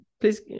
please